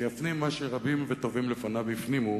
שיפנים מה שרבים וטובים לפניו הפנימו